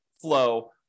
flow